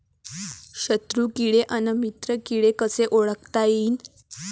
शत्रु किडे अन मित्र किडे कसे ओळखता येईन?